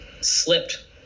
Slipped